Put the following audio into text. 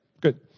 Good